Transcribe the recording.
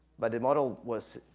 but the model was,